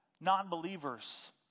non-believers